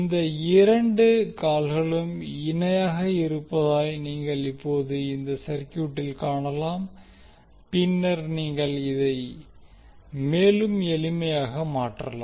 இந்த இரண்டு கால்களும் இணையாக இருப்பதாய் நீங்கள் இப்போது இந்த சர்கியூட்டில் காணலாம் பின்னர் நீங்கள் இதை மேலும் எளிமையாக மாற்றலாம்